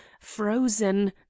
frozen